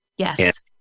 Yes